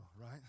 right